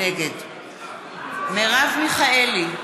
נגד מרב מיכאלי,